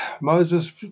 Moses